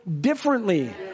differently